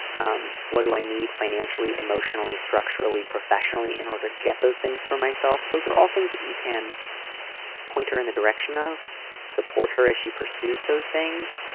um what do i need financially, emotionally, structurally, professionally, in order to get those things for myself? those are all things that you can point her in the direction of support her as she pursues those things.